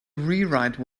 rewrite